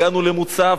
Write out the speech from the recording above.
הגענו למוצב,